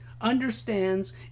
understands